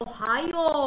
Ohio